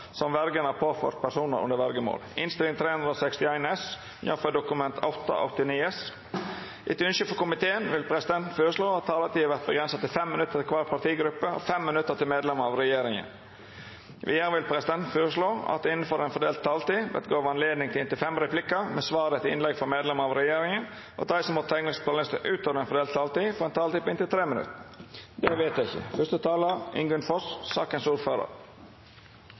som det er i dag. Fleire har ikkje bedt om ordet til sak nr. 3. Etter ynske frå familie- og kulturkomiteen vil presidenten føreslå at taletida vert avgrensa til 5 minutt til kvar partigruppe og 5 minutt til medlemer av regjeringa. Vidare vil presidenten føreslå at det – innanfor den fordelte taletida – vert gjeve høve til inntil fem replikkar med svar etter innlegg frå medlemer av regjeringa, og at dei som måtte teikna seg på talarlista utover den fordelte taletida, får ei taletid på inntil 3 minutt. – Det er